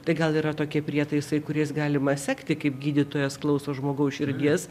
tai gal yra tokie prietaisai kuriais galima sekti kaip gydytojas klauso žmogaus širdies